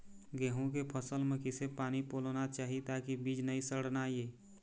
गेहूं के फसल म किसे पानी पलोना चाही ताकि बीज नई सड़ना ये?